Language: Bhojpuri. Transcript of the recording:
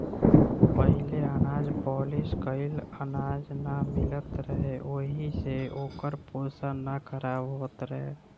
पहिले अनाज पॉलिश कइल अनाज ना मिलत रहे ओहि से ओकर पोषण ना खराब होत रहे